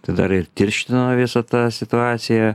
tai dar ir tirštino visą tą situaciją